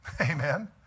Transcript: amen